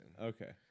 Okay